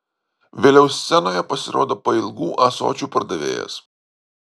vėliau scenoje pasirodo pailgų ąsočių pardavėjas